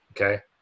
okay